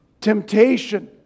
temptation